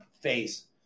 face